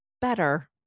Better